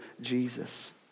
Jesus